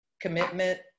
commitment